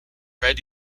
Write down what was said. read